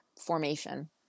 formation